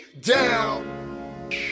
down